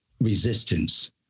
resistance